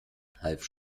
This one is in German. half